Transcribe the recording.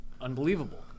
unbelievable